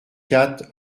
quatre